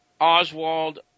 Oswald